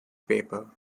paper